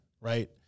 right